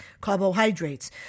carbohydrates